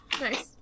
Nice